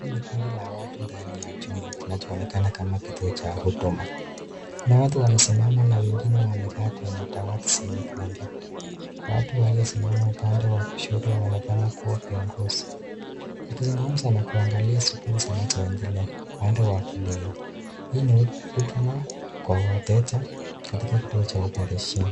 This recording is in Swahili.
Hii ni kundi ya watu ndani ya chumba kinachoonekana kama kituo cha huduma, kuna watu wamesimama na wengine wamekaa kwenye dawati zenye kompyuta. Watu walio simama upande wa kushoto wanaonekana kuwa viongozi, wakizungumza na kuangalia shughuli zinazo endelea upande wa kulia, hii ni huduma kwa wateja katika kituo cha operesheni.